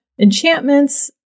enchantments